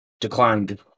Declined